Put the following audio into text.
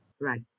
Right